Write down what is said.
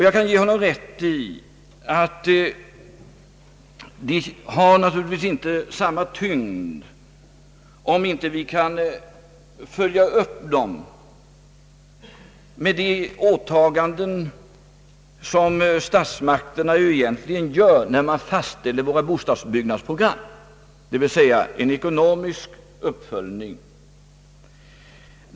Jag kan ge honom rätt i att de naturligtvis inte har samma tyngd om vi inte kan följa upp dem med statsmakternas åtaganden vid fastställandet av våra bostadsbyggnadsprogram, d. v. s. en ekonomisk uppföljning.